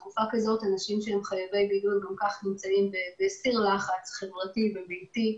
כי בתקופה כזאת חייבי בידוד גם כך נמצאים בסיר לחץ חברתי וביתי.